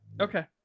okay